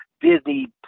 Disney